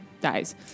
dies